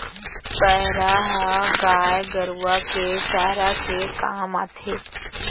पैरा ह गाय गरूवा के चारा के काम आथे